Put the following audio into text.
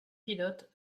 pilotes